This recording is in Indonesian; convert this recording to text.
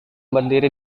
berdiri